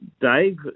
Dave